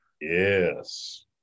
Yes